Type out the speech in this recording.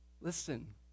listen